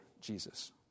Jesus